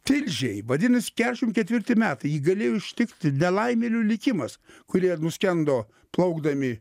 tilžėj vadinas keturiasdešim ketvirti metai jį galėjo ištikti nelaimėlių likimas kurie nuskendo plaukdami